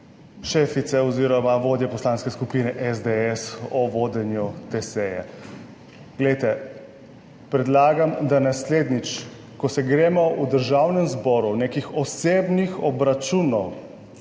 šefice oziroma vodje Poslanske skupine SDS, o vodenju te seje. Glejte, predlagam, da naslednjič, ko se gremo v Državnem zboru neke osebne obračune